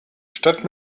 statt